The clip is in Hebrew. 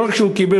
לא רק שהוא קיבל,